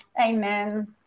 Amen